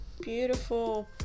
beautiful